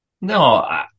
No